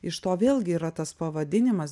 iš to vėlgi yra tas pavadinimas